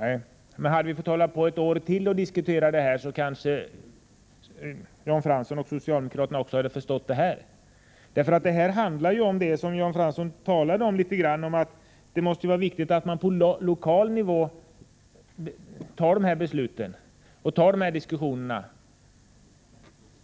Nej, men hade vi fått hålla på ett år till och diskutera detta, så hade kanske också Jan Fransson och socialdemokraterna förstått det här. Det handlar ju om det som Jan Fransson talade om litet grand — att det måste vara viktigt att man på lokal nivå fattar dessa beslut och för dessa diskussioner.